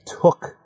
took